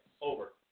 Over